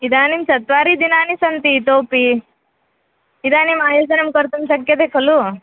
इदानीं चत्वारि दिनानि सन्ति इतोपि इदानीम् आयोजनं कर्तुं शक्यते खलु